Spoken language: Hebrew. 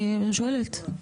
אני שואלת,